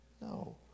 no